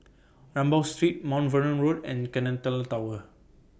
Rambau Street Mount Vernon Road and Centennial Tower